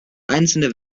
einzelne